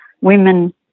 women